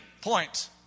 point